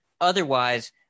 Otherwise